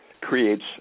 creates